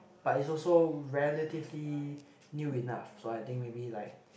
but is also relatively new enough so I think maybe like